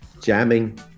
jamming